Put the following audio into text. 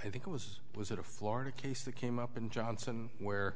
i think it was was a florida case that came up in johnson where